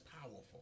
powerful